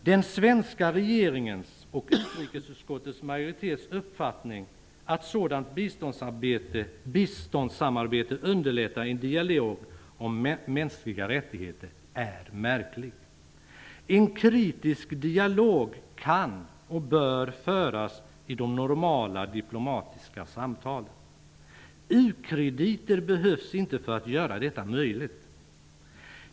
Den svenska regeringens och utrikesutskottets majoritets uppfattning att sådant biståndssamarbete underlättar en dialog om mänskliga rättigheter är märklig. En kritisk dialog kan och bör föras i de normala diplomatiska samtalen. U-krediter behövs inte för att göra detta möjligt.